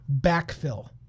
backfill